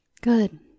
Good